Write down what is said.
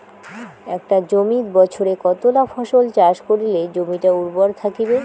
একটা জমিত বছরে কতলা ফসল চাষ করিলে জমিটা উর্বর থাকিবে?